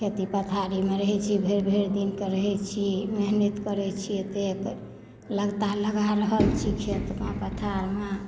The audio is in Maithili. खेती पथारी मे रहै छी भरि भरि दिन कऽ रहै छी मेहनति करै छी एतेक लगता लगा रहल छी खेत मे पथार मे